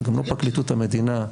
וגם לא פרקליטות המדינה,